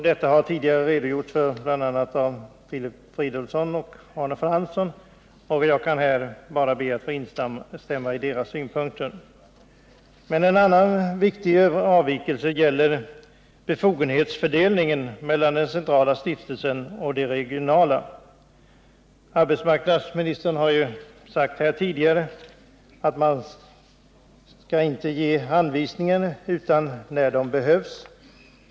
Detta har tidigare Filip Fridolfsson och Arne Fransson redogjort för, och jag kan här instämma i deras synpunkter. En annan viktig avvikelse gäller befogenhetsfördelningen mellan den centrala och de regionala stiftelserna. Arbetsmarknadsministern har här tidigare sagt att man inte skall ge anvisningar annat än när de behövs.